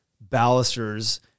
balusters